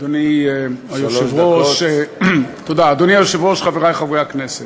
אדוני היושב-ראש, חברי חברי הכנסת,